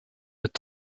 mit